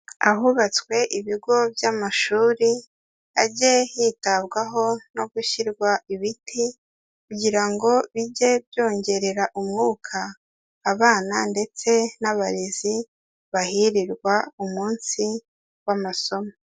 Ahubatswe ibigo by'amashuri, hajye hitabwaho no gushyirwa ibiti kugira ngo bijye byongerera umwuka abana ndetse n'abarezi bahirirwa umunsi w'amasomo.